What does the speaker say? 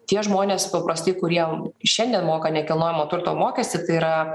tie žmonės paprastai kuriem šiandien moka nekilnojamo turto mokestį tai yra